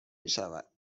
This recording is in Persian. میشود